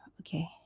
Okay